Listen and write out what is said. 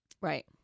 Right